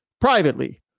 privately